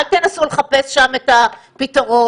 אל תנסו לחפש שם את הפתרון.